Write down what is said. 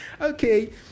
Okay